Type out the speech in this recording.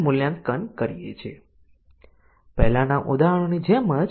તેથી તે કન્ડિશન ના ડીસીઝન કવરેજ માં ફેરફાર થયેલ છે